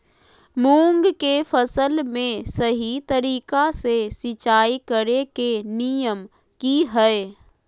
मूंग के फसल में सही तरीका से सिंचाई करें के नियम की हय?